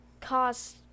cause